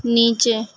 نیچے